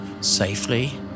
safely